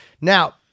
Now